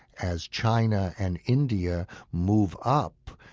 as china and india move up,